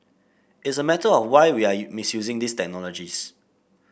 it's a matter of why we are you misusing these technologies